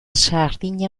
sardina